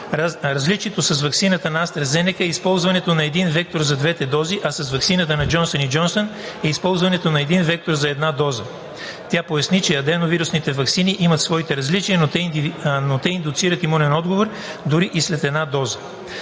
Различието с ваксината на AstraZeneca е използването на един вектор за двете дози, а с ваксината на Johnson & Johnson е използването на един вектор за една доза. Тя поясни, че аденовирусните ваксини имат своите различия, но те индуцират имунен отговор дори и след една доза.